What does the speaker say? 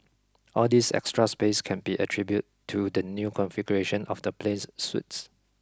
all this extra space can be attributed to the new configuration of the plane's suites